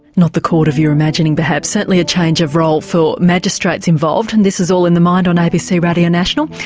not the court of your imagining perhaps. certainly a change of role for magistrates involved. and this is all in the mind on abc radio national.